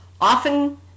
often